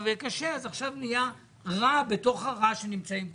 קשה ועכשיו יותר רע בתוך הרע בו נמצאים כולם.